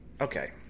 Okay